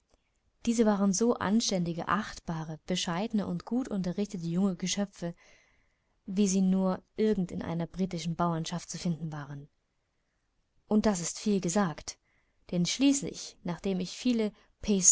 diese waren so anständige achtbare bescheidene und gut unterrichtete junge geschöpfe wie sie nur irgend in der brittischen bauernschaft zu finden waren und das ist viel gesagt denn schließlich nachdem ich viele